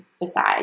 decide